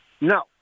No